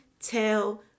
tell